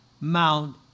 Mount